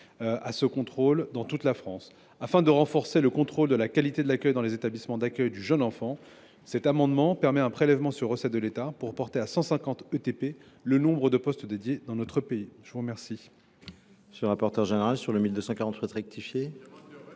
à ce contrôle dans toute la France. Afin de renforcer le contrôle de la qualité de l’accueil dans les établissements d’accueil du jeune enfant, cet amendement tend à un prélèvement sur recettes de l’État pour porter à 150 ETP le nombre de postes dédiés dans notre pays. Quel